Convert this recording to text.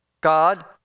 God